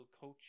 coach